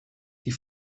die